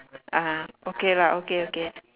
ah okay lah okay okay